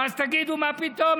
ואז תגידו: מה פתאום?